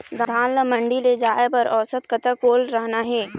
धान ला मंडी ले जाय बर औसत कतक ओल रहना हे?